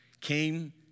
came